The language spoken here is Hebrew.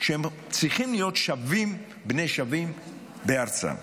שהם צריכים להיות שווים בני שווים בארצם.